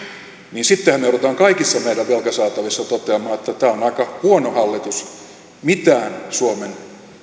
niin sittenhän me joudumme kaikissa meidän velkasaatavissamme toteamaan että tämä on aika huono hallitus mitään suomen